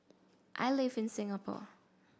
I live in Singapore